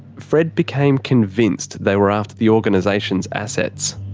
fred became convinced they were after the organisation's assets.